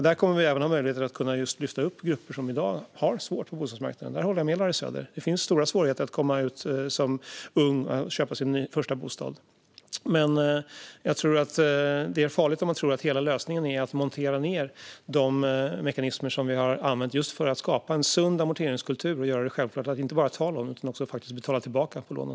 Där kommer vi även att ha möjligheter att lyfta upp grupper som i dag har det svårt på bostadsmarknaden. Jag håller med Larry Söder om att det finns stora svårigheter för unga att köpa sin första bostad. Men jag tror att det är farligt om man tror att hela lösningen är att montera ned de mekanismer som vi har använt för att skapa en sund amorteringskultur där det är självklart att inte bara ta lån utan också att faktiskt betala tillbaka på lånen.